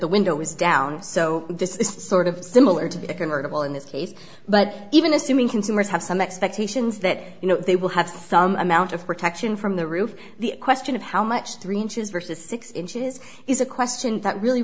the window is down so this is sort of similar to a commercial in this case but even assuming consumers have some expectations that you know they will have some amount of protection from the roof the question of how much three inches versus six inches is a question that really